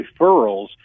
referrals